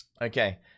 Okay